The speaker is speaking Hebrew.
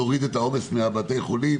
להוריד עומס מבתי חולים.